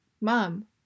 mom